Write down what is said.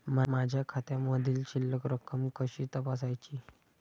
माझ्या खात्यामधील शिल्लक रक्कम कशी तपासायची?